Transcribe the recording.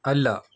അല്ല